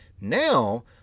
Now